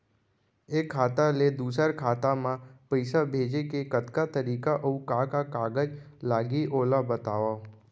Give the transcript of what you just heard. एक खाता ले दूसर खाता मा पइसा भेजे के कतका तरीका अऊ का का कागज लागही ओला बतावव?